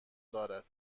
دارد